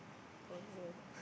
poor girl